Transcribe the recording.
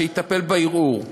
שיטפל בערעור.